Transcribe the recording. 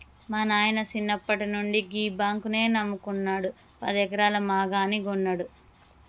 మా నాయిన సిన్నప్పట్నుండి గీ బాంకునే నమ్ముకున్నడు, పదెకరాల మాగాని గొన్నడు